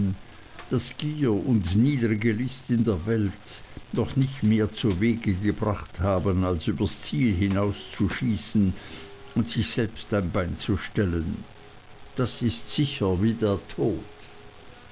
daß gier und niedrige list in der welt noch nicht mehr zuwege gebracht haben als übers ziel hinauszuschießen und sich selbst ein bein zu stellen das ist sicher wie der tod